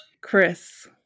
Chris